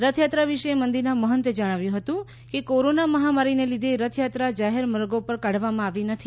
રથયાત્રા વિશે મંદિરના મહંતે જણાવ્યું હતું કે કોરોના મહામારીને લીધે રથયાત્રા જાહેરમાર્ગો પર કાઢવામાં આવી નથી